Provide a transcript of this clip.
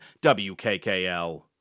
WKKL